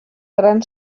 gran